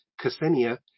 ksenia